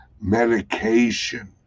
medication